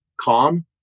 calm